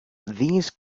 these